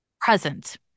present